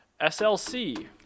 SLC